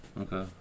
Okay